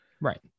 right